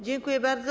Dziękuję bardzo.